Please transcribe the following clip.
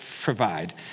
provide